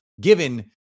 given